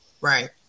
Right